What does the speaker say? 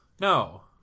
No